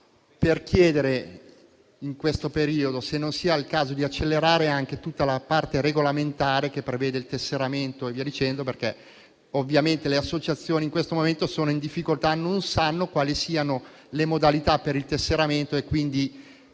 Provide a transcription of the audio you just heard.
per chiedere se in questo periodo non sia il caso di accelerare anche tutta la parte regolamentare prevista per il tesseramento, perché ovviamente le associazioni in questo momento sono in difficoltà e non sanno quali siano le modalità per il tesseramento. Se si